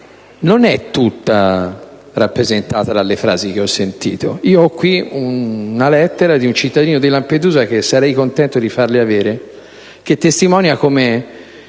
non è tutta rappresentata dalle frasi che ho sentito. Ho qui una lettera di un cittadino di Lampedusa - che sarei contento di farle avere - che testimonia come